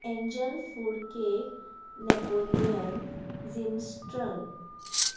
angel food cake Napoleon झिमस्ट्रन